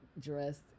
dressed